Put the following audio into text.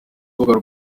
urubuga